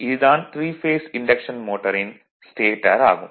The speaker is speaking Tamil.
இது தான் த்ரீ பேஸ் இன்டக்ஷன் மோட்டாரின் ஸ்டேடார் ஆகும்